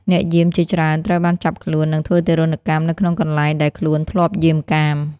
អ្នកយាមជាច្រើនត្រូវបានចាប់ខ្លួន និងធ្វើទារុណកម្មនៅក្នុងកន្លែងដែលខ្លួនធ្លាប់យាមកាម។